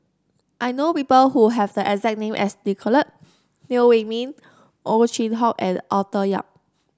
I know people who have the exact name as Nicolette Teo Wei Min Ow Chin Hock and Arthur Yap